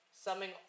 summing